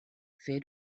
fer